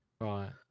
Right